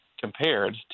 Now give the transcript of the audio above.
compared